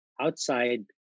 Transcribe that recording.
outside